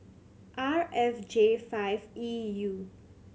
R F J five E U